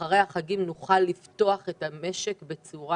אחרי החגים נוכל לפתוח את המשק בצורה